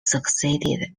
succeeded